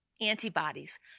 antibodies